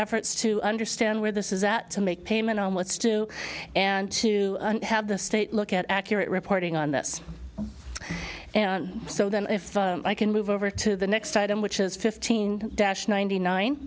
efforts to understand where this is at to make payment on what's too and to have the state look at accurate reporting on this and so then if i can move over to the next item which is fifteen dash ninety nine